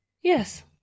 Yes